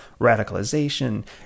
radicalization